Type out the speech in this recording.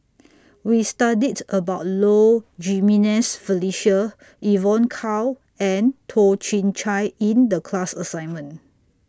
We studied about Low Jimenez Felicia Evon Kow and Toh Chin Chye in The class assignment